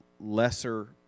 lesser